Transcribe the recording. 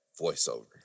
Voiceover